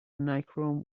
nichrome